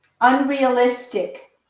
unrealistic